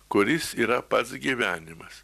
kuris yra pats gyvenimas